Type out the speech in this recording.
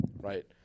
right